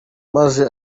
maze